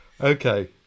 Okay